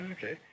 Okay